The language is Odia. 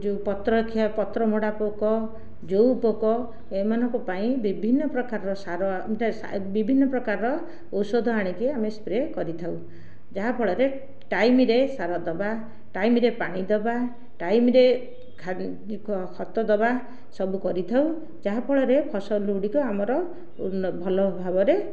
ଯେଉଁ ପତ୍ରଖିଆ ପତ୍ରମୋଡ଼ା ପୋକ ଯେଉଁ ପୋକ ଏମାନଙ୍କ ପାଇଁ ବିଭିନ୍ନ ପ୍ରକାରର ସାର ବିଭିନ୍ନ ପ୍ରକାରର ଔଷଧ ଆଣିକି ଆମେ ସ୍ପ୍ରେ କରିଥାଉ ଯାହାଫଳରେ ଟାଇମ୍ରେ ସାର ଦବା ଟାଇମ୍ରେ ପାଣି ଦେବା ଟାଇମ୍ରେ ଖତ ଦେବା ସବୁ କରିଥାଉ ଯାହାଫଳରେ ଫସଲଗୁଡ଼ିକ ଆମର ଭଲ ଭାବରେ